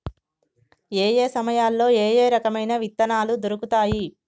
ఏయే సమయాల్లో ఏయే రకమైన విత్తనాలు దొరుకుతాయి?